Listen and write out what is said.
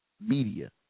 media